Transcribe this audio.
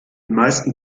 meisten